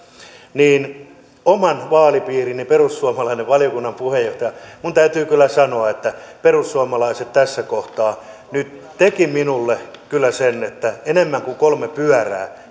niin oman vaalipiirini perussuomalaiselle valiokunnan puheenjohtajalle minun täytyy kyllä sanoa että perussuomalaiset tässä kohtaa nyt teki minulle kyllä sen että oli enemmän kuin kolme pyörää